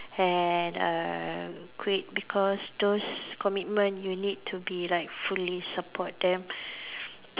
and are great because those commitment you need to be like fully support them